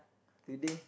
today